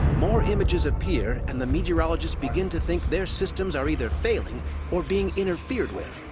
more images appear, and the meteorologists begin to think their systems are either failing or being interfered with.